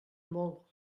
molt